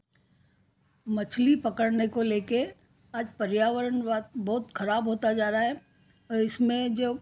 मछली पकड़ने को ले कर आज पर्यावरण बात बहुत खराब होता जा रहा है और इसमें जो